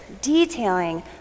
detailing